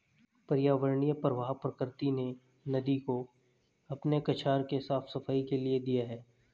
पर्यावरणीय प्रवाह प्रकृति ने नदी को अपने कछार के साफ़ सफाई के लिए दिया है